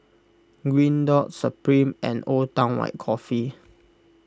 Green Dot Supreme and Old Town White Coffee